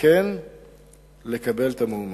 כן לקבל את המועמד.